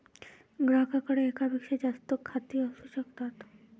ग्राहकाकडे एकापेक्षा जास्त खाती असू शकतात